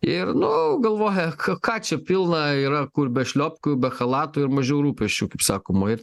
ir nu galvoja ką ką čia pilna yra kur be šliopkių be chalatų ir mažiau rūpesčių kaip sakoma ir